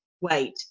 wait